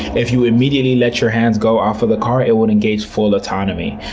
if you immediately let your hands go off of the car, it would engage full autonomy.